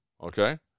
Okay